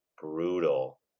brutal